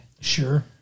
Sure